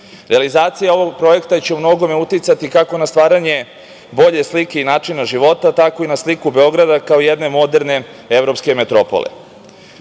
realizaciji. Realizacija ovog projekta će u mnogome uticati kako na stvaranje bolje slike i načina života, tako i na sliku Beograda kao jedne moderne evropske metropole.